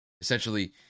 essentially